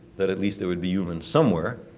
that at least there would be humans somewhere.